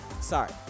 sorry